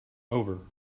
over